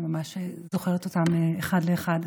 אני ממש זוכרת אותם אחד לאחד.